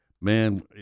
man